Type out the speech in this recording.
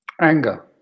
anger